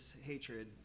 hatred